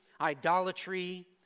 idolatry